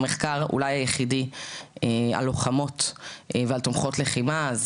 המחקר אולי היחידי על לוחמות ועל תומכות לחימה.